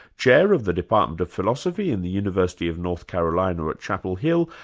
chair of the department of philosophy in the university of north carolina at chapel hill,